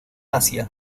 asia